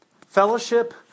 Fellowship